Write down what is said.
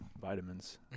vitamins